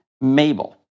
Mabel